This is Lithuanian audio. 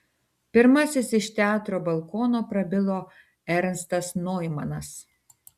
pirmasis iš teatro balkono prabilo ernstas noimanas